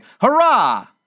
Hurrah